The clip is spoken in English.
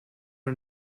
are